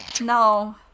No